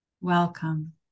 welcome